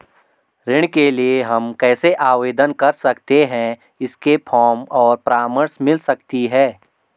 ऋण के लिए हम कैसे आवेदन कर सकते हैं इसके फॉर्म और परामर्श मिल सकती है?